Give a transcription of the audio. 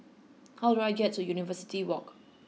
how do I get to University Walk